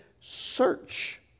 search